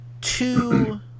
two